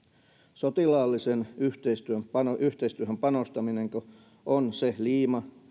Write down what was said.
sotilaalliseen yhteistyöhön panostaminenko on se liima